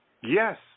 Yes